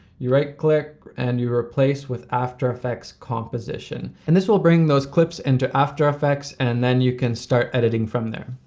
you right click, and you replace with after effects composition. and this will bring those clips into after effects and then you can start editing from there.